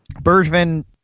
Bergman